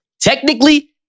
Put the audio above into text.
Technically